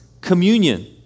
communion